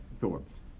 thoughts